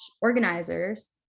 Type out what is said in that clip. organizers